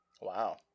Wow